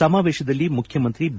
ಸಮಾವೇಶದಲ್ಲಿ ಮುಖ್ಯಮಂತ್ರಿ ಬಿ